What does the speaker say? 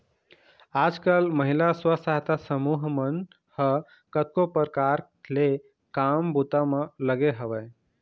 आजकल महिला स्व सहायता समूह मन ह कतको परकार ले काम बूता म लगे हवय